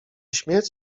śmierć